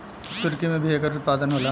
तुर्की में भी एकर उत्पादन होला